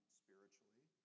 spiritually